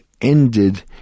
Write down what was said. ended